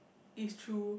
is true